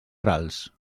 rals